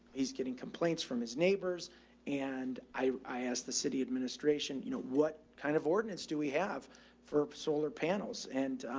he's getting complaints from his neighbors and i asked the city administration, you know, what kind of ordinance do we have for solar panels? and,